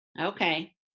Okay